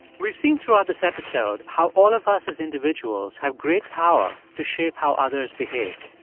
we've seen throughout this episode how all of us as individuals have great power to shape how others behave.